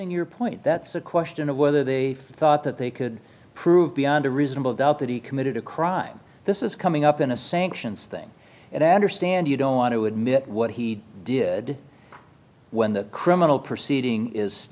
your point that the question of whether they thought that they could prove beyond a reasonable doubt that he committed a crime this is coming up in a sanctions thing and i understand you don't want to admit what he did when the criminal proceeding is